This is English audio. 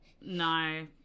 No